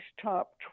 top